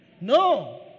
No